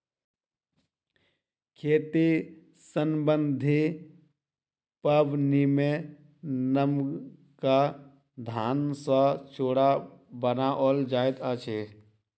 खेती सम्बन्धी पाबनिमे नबका धान सॅ चूड़ा बनाओल जाइत अछि